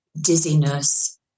dizziness